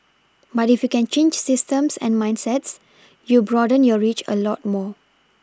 but if you can change systems and mindsets you broaden your reach a lot more